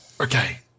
Okay